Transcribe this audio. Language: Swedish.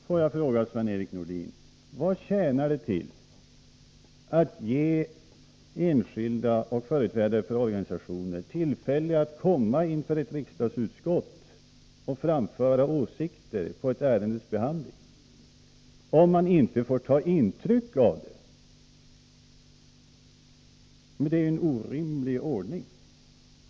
Får jag fråga Sven-Erik Nordin: Vad tjänar det till att ge enskilda och företrädare för organisationer tillfälle att komma inför ett riksdagsutskott och framföra åsikter på ett ärendes behandling, om man inte får ta intryck av detta? Det är en orimlig ordning.